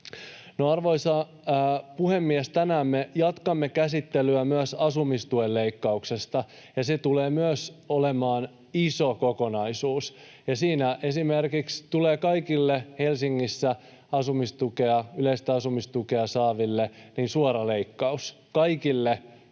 Arvoisa puhemies! Tänään me jatkamme käsittelyä myös asumistuen leikkauksesta, ja se tulee myös olemaan iso kokonaisuus. Siinä esimerkiksi tulee kaikille Helsingissä yleistä asumistukea saaville suora leikkaus — kaikille